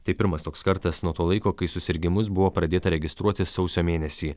tai pirmas toks kartas nuo to laiko kai susirgimus buvo pradėta registruoti sausio mėnesį